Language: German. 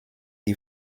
die